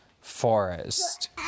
forest